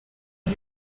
hon